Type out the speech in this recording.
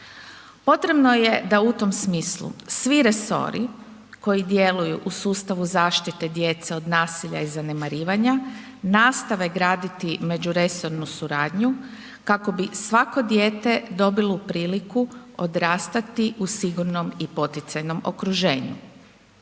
Potrebno je da u tom smislu svi resori koji djeluju u sustavu zaštite djece od nasilja i zanemarivanja, nastave graditi međuresornu suradnju kako bi svatko dijete dobilo priliku odrastati u sigurnom i poticajnom okruženju.